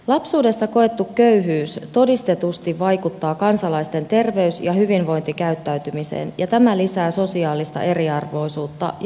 lapsuudessa koettu köyhyys todistetusti vaikuttaa kansalaisten terveys ja hyvinvointikäyttäytymiseen ja tämä lisää sosiaalista eriarvoisuutta ja terveyseroja